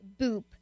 boop